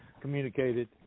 communicated